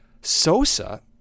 Sosa